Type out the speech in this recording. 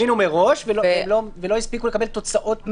הזמינו מראש ולא הספיקו לקבל תוצאות בדיקה.